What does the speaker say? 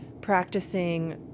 practicing